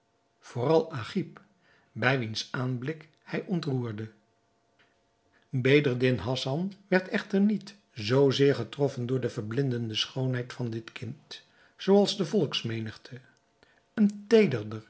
vooral agib bij wiens aanblik hij ontroerde bedreddin hassan werd echter niet zoo zeer getroffen door de verblindende schoonheid van dit kind zoo als de volksmenigte een